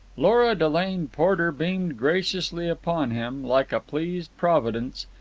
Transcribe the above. lora delane porter beamed graciously upon him, like a pleased providence,